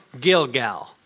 Gilgal